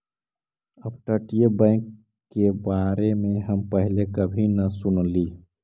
अपतटीय बैंक के बारे में हम पहले कभी न सुनली